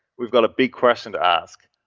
we've got a big question to ask.